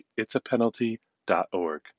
itsapenalty.org